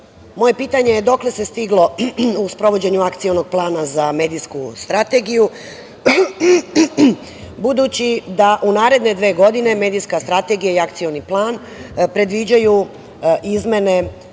moje pitanje je dokle se stiglo u sprovođenju akcionog plana za medijsku strategiju, budući da u naredne dve godine, medijska strategija i akcioni plan predviđaju izmene,